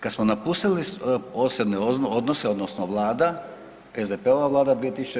Kada smo napustili posebne odnose odnosno Vlada, SDP-a Vlada 2000.